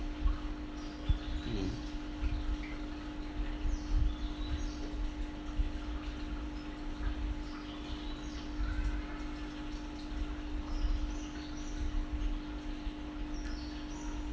mm